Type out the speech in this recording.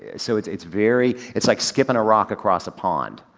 yeah so it's it's very, it's like skipping a rock across a pond.